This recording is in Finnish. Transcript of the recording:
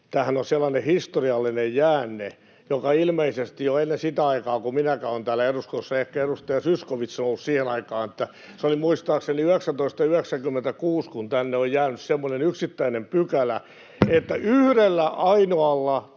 viittaa, on sellainen historiallinen jäänne, joka on ilmeisesti jo ajalta ennen sitä aikaa, kun minäkään olen täällä eduskunnassa ollut — ehkä edustaja Zyskowicz on ollut siihen aikaan. Se oli muistaakseni 1996, kun tänne on jäänyt semmoinen yksittäinen pykälä, että yhdellä ainoalla